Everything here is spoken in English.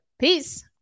Peace